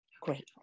Great